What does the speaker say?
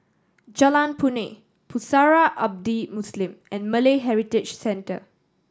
Jalan Punai Pusara Abadi Muslim and Malay Heritage Centre